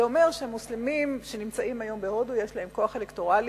זה אומר שלמוסלמים בהודו יש היום כוח אלקטורלי,